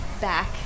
back